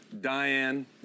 Diane